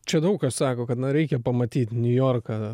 čia daug kas sako kad na reikia pamatyt niujorką